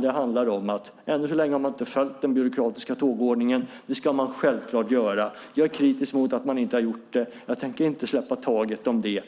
Det handlar om att man ännu inte har följt den byråkratiska tågordningen. Det ska man självklart göra. Jag är kritisk mot att man inte har gjort det. Jag tänker inte släppa taget om det.